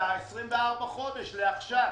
ה-24 חודש לעכשיו.